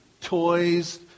toys